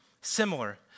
Similar